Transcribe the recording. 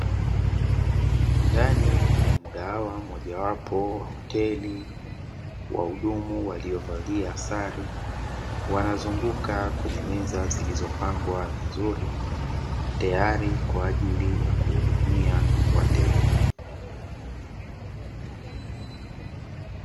Ndani ya mgahawa moja wapo wa hoteli, wahudumu waliovalia sare wanazunguka kwenye meza zilizopangwa vizuri tayari kwa ajili ya kuhudumia wateja.